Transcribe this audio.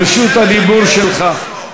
רשות הדיבור שלך.